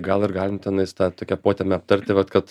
gal ir galim tenais tą tokią potemę aptarti kad